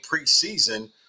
preseason